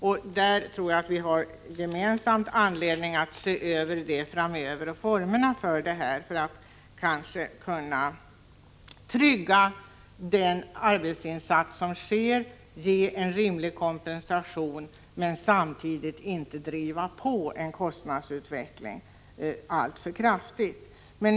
Härvidlag tror jag att vi har anledning att gemensamt se över formerna för det hela framöver för att kunna trygga ersättningen för den arbetsinsats som görs och ge en rimlig kompensation, men samtidigt inte driva på kostnadsutvecklingen alltför kraftigt.